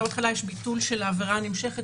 בתור התחלה יש ביטול של העבירה הנמשכת,